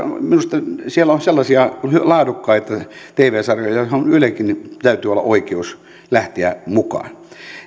minusta siellä on sellaisia laadukkaita tv sarjoja joihin ylelläkin täytyy olla oikeus lähteä mukaan